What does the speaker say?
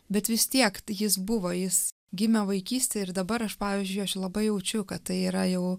bet vis tiek jis buvo jis gimė vaikystėj ir dabar aš pavyzdžiui aš labai jaučiu kad tai yra jau